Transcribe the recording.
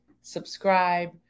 subscribe